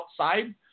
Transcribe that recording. outside